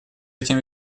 этим